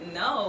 no